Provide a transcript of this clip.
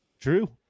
true